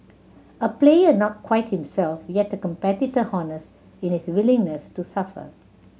a player not quite himself yet a competitor honest in his willingness to suffer